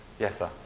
yes sir.